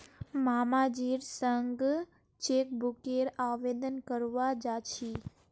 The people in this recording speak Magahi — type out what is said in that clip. मामाजीर संग चेकबुकेर आवेदन करवा जा छि